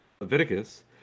Leviticus